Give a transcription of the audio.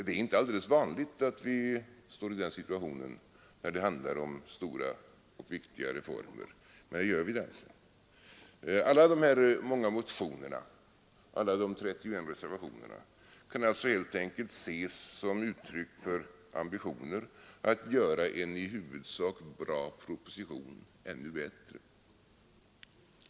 Det är inte alldeles vanligt att vi står i den situationen, när det handlar om stora och viktiga reformer, men det gör vi alltså här. Alla de många motionerna och alla de 31 reservationerna kan alltså ses som uttryck för ambitionen att göra en i huvudsak bra proposition ännu bättre.